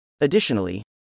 Additionally